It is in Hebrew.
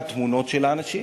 1. תמונות של האנשים,